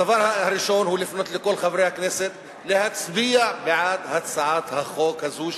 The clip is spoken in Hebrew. הדבר הראשון הוא לפנות לכל חברי הכנסת להצביע בעד הצעת החוק הזאת,